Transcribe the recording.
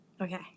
Okay